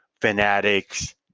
fanatics